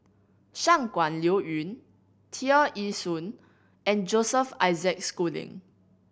Shangguan Liuyun Tear Ee Soon and Joseph Isaac Schooling